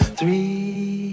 Three